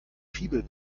fibel